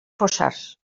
fossars